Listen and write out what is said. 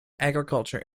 agriculture